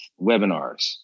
webinars